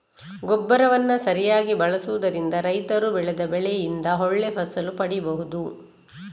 ಗೊಬ್ಬರವನ್ನ ಸರಿಯಾಗಿ ಬಳಸುದರಿಂದ ರೈತರು ಬೆಳೆದ ಬೆಳೆಯಿಂದ ಒಳ್ಳೆ ಫಸಲು ಪಡೀಬಹುದು